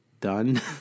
done